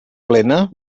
plena